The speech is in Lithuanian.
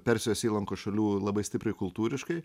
persijos įlankos šalių labai stipriai kultūriškai